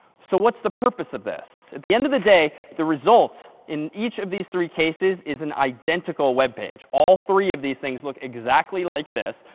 so what's the purpose of this? at the end of the day, the result in each of these three cases is an identical web page. all three of these things look exactly like this,